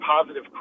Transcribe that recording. positive